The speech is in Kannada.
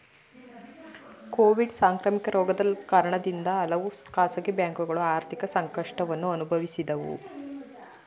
ಕೋವಿಡ್ ಸಾಂಕ್ರಾಮಿಕ ರೋಗದ ಕಾರಣದಿಂದ ಹಲವು ಖಾಸಗಿ ಬ್ಯಾಂಕುಗಳು ಆರ್ಥಿಕ ಸಂಕಷ್ಟವನ್ನು ಅನುಭವಿಸಿದವು